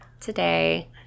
today